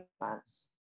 months